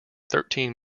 thirteen